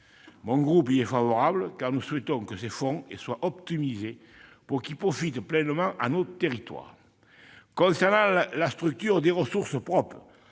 Mon groupe y est favorable, car nous souhaitons que ces fonds soient optimisés, pour qu'ils profitent pleinement à nos territoires. Concernant la structure des ressources propres,